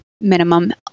minimum